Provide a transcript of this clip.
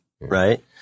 right